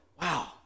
wow